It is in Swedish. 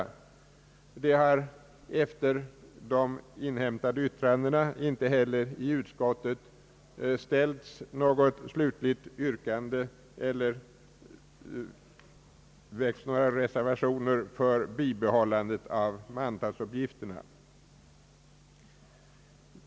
Det har efter de inhämtade yttrandena inte heller i utskottet ställts något slutligt yrkande eller väckts några reservationer för bibehållande av mantalsuppgifterna.